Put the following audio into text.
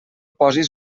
posis